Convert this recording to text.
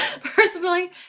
personally